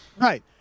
right